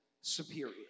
superior